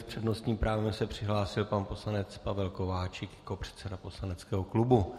S přednostním právem se přihlásil pan poslanec Pavel Kováčik jako předseda poslaneckého klubu.